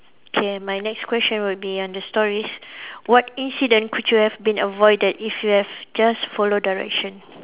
K my next question would be under stories what incident could you have been avoided if you have just follow direction